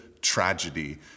tragedy